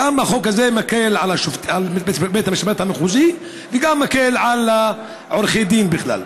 החוק הזה גם מקל על בית המשפט המחוזי וגם מקל על עורכי הדין בכלל.